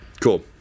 Cool